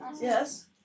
Yes